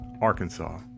Arkansas